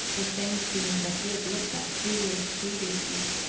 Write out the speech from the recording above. the same scene that he had looked at, two years previously,